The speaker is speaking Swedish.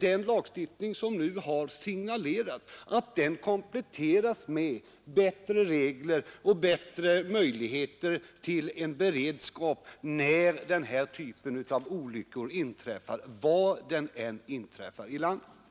den lagstiftning som nu har signalerats kompletteras med bättre regler som gör det möjligt att hålla en god beredskap om och när denna typ av olyckor inträffar — och var de än inträffar i landet.